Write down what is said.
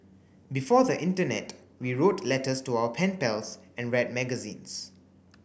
before the internet we wrote letters to our pen pals and read magazines